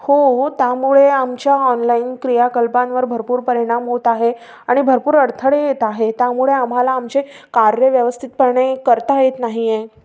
हो त्यामुळे आमच्या ऑनलाईन क्रियाकल्पांवर भरपूर परिणाम होत आहे आणि भरपूर अडथळे येत आहे त्यामुळे आम्हाला आमचे कार्य व्यवस्थितपणे करता येत नाही आहे